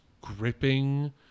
gripping